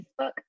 Facebook